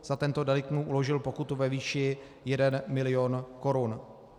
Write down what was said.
Za tento delikt mu uložil pokutu ve výši 1 milion korun.